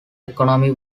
economy